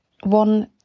One